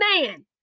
man